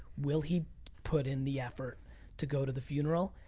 will he put in the effort to go to the funeral?